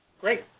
Great